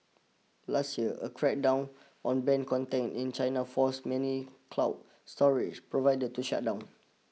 last year a crackdown on banned content in China forced many cloud storage providers to shut down